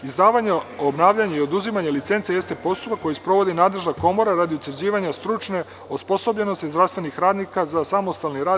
Izdavanje, obnavljanje i oduzimanje licence jeste postupak koji sprovodi nadležna komora radi utvrđivanja stručne osposobljenosti zdravstvenih radnika za samostalni rad.